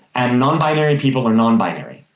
and nonbinary people are nonbinary.